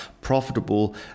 profitable